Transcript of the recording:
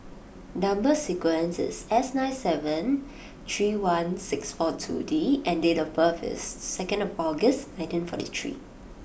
number sequence is S nine seven three one six four two D and date of birth is second August nineteen forty three